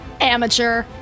Amateur